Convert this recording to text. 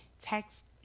text